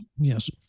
Yes